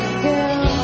girl